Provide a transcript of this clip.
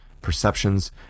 perceptions